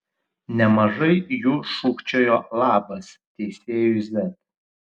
nemažai jų šūkčiojo labas teisėjui z